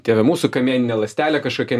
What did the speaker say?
tėve mūsų kamieninė ląstelė kažkokia